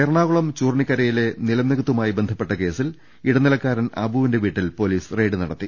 എറണാകുളം ചൂർണിക്കരയിലെ നിലം നികത്തുമായി ബന്ധപ്പെട്ട കേസിൽ ഇടനിലക്കാരൻ അബൂവിന്റെ വീട്ടിൽ പൊലീസ് റെയ്ഡ് നടത്തി